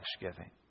thanksgiving